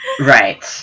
Right